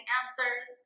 answers